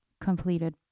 completed